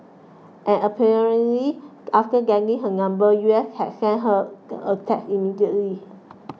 and apparently after getting her number U S had sent her a text immediately